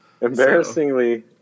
Embarrassingly